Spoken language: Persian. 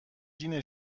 جیم